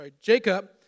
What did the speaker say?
Jacob